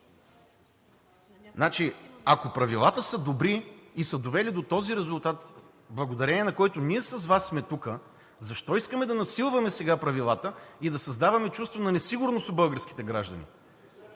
стане. Ако правилата са добри и са довели до този резултат, благодарение на който ние с Вас сме тук, защо искаме да насилваме сега правилата и да създаваме чувство на несигурност у българските граждани?